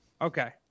Okay